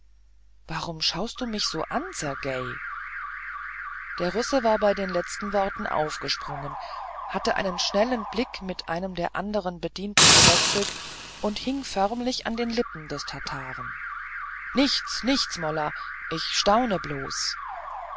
warum schaust du mich so an sergej der russe war bei den letzten worten aufgesprungen hatte einen schnellen blick mit einem andern bedienten gewechselt und hing förmlich an den lippen des tataren nichts nichts molla ich staune bloß